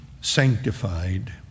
sanctified